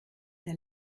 der